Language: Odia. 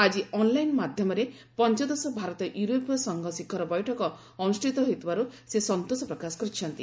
ଆକ୍କି ଅନ୍ଲାଇନ୍ ମାଧ୍ୟମରେ ପଞ୍ଚଦଶ ଭାରତ ୟୁରୋପୀୟ ସଂଘ ଶିଖର ବୈଠକ ଅନୁଷ୍ଠିତ ହୋଇଥିବାରୁ ସେ ସନ୍ତୋଷ ପ୍ରକାଶ କରିଛନ୍ତି